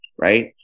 right